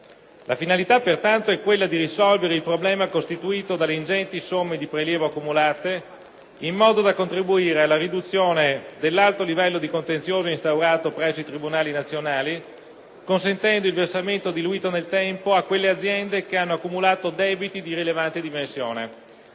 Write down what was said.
La finalità pertanto è quella di risolvere il problema costituito dalle ingenti somme di prelievo accumulate, in modo da contribuire alla riduzione dell'alto livello di contenzioso instaurato presso i tribunali nazionali, consentendo il versamento diluito nel tempo a quelle aziende che hanno accumulato debiti di rilevante dimensione.